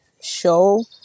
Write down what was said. show